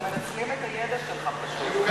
אנחנו מנצלים את הידע שלך, פשוט.